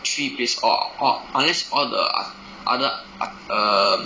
three place or or unless all the oth~ other err